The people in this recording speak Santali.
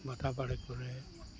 ᱵᱟᱫᱷᱟ ᱵᱟᱲᱮ ᱠᱚᱨᱮᱫ